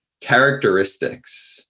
characteristics